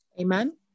Amen